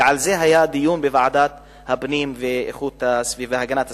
ועל זה היה דיון בוועדת הפנים והגנת הסביבה.